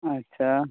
اچھا